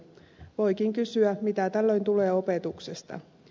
voikin kysyä mitä tällöin tulee opetuksesta